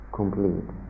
complete